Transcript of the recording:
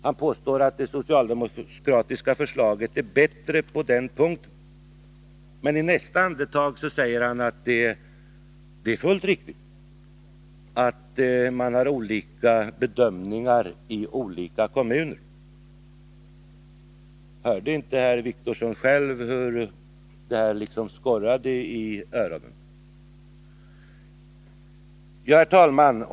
Han påstod att det socialdemokratiska förslaget Torsdagen den var bättre på den punkten. Men i nästa andetag sade han att det är fullt riktigt 10 december 1981 att man gör olika bedömningar i olika kommuner. Hörde inte herr Wictorsson själv hur illa det skorrade i öronen? Herr talman!